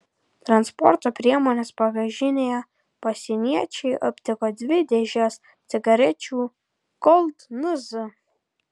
transporto priemonės bagažinėje pasieniečiai aptiko dvi dėžes cigarečių gold nz